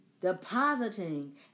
depositing